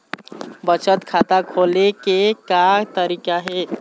बचत खाता खोले के का तरीका हे?